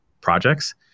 projects